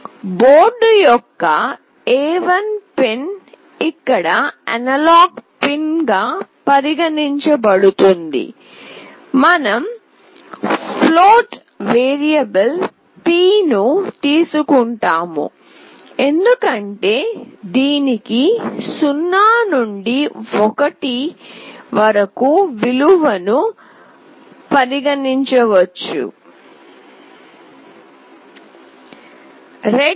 board యొక్క A1 pin ఇక్కడ analogue pin గా పరిగణించబడుతుంది మనం ఫ్లోట్ వేరియబుల్ p ను తీసుకుంటాము ఎందుకంటే దీనికి 0 నుండి 1 వరకు విలువ ను పరిగణించవచ్చు